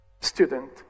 student